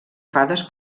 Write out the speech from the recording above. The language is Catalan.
fades